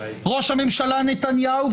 ראש הממשלה נתניהו,